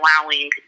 allowing